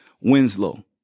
Winslow